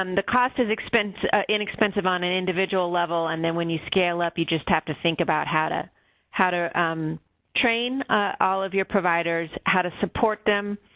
um the cost is expens. inexpensive on an individual level and then, when you scale up, you just have to think about how to how to train all of your providers, how to support them